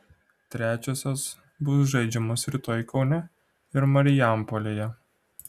trečiosios bus žaidžiamos rytoj kaune ir marijampolėje